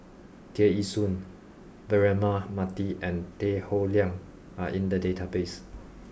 Tear Ee Soon Braema Mathi and Tan Howe Liang are in the database